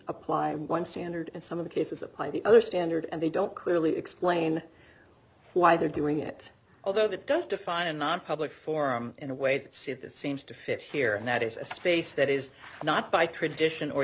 apply one standard and some of the cases apply the other standard and they don't clearly explain why they're doing it although that does define a nonpublic forum in a way that suit it seems to fit here and that is a space that is not by tradition or